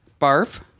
Barf